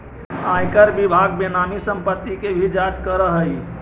आयकर विभाग बेनामी संपत्ति के भी जांच करऽ हई